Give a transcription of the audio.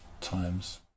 times